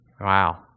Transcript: Wow